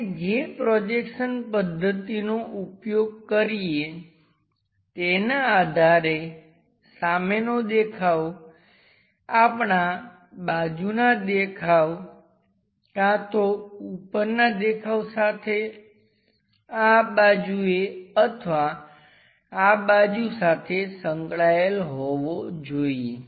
આપણે જે પ્રોજેક્શન પદ્ધતિનો ઉપયોગ કરીએ તેનાં આધારે સામેનો દેખાવ આપણાં બાજુનાં દેખાવ કાં તો ઉપરના દેખાવ સાથે આ બાજુએ અથવા આ બાજુ સાથે સંકળાયેલ હોવો જોઈએ